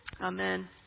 Amen